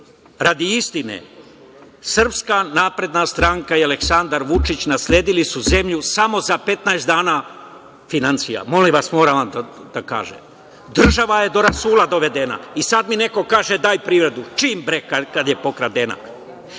istine, SNS i Aleksandar Vučić nasledili su zemlju samo sa 15 dana finansija. Molim vas, moram to da kažem. Država je do rasula dovedena i sad mi neko kaže – daj privredu. Čim, bre, kad je pokradena? Morali